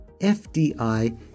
FDI